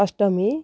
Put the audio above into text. ଅଷ୍ଟମୀ